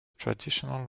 traditional